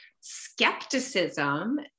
skepticism